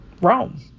Rome